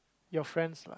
your friends lah